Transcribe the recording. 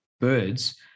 birds